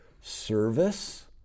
Service